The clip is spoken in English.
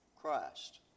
Christ